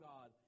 God